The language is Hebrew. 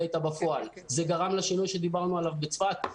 אתה בפועל: האם זה גרם לשינוי שדברנו עליו בצפת?